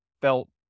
felt